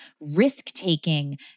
risk-taking